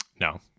No